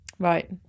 Right